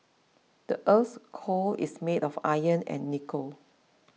the earth's core is made of iron and nickel